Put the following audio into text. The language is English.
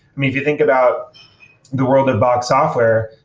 mean, if you think about the world of box software,